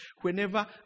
whenever